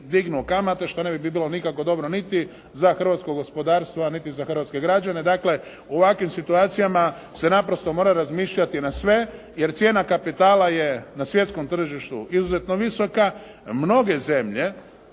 dignu kamate što ne bi bilo nikako dobro niti za hrvatsko gospodarstvo, a niti za hrvatske građane. Dakle u ovakvim situacijama se naprosto mora razmišljati na sve, jer cijena kapitala je na svjetskom tržištu izuzetno visoka. Mnoge zemlje,